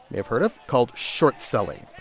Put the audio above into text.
may have heard of called short selling.